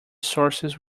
sources